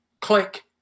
click